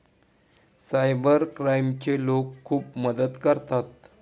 cyber क्राईमचे लोक खूप मदत करतात